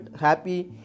happy